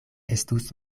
estus